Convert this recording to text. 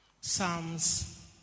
Psalms